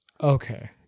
Okay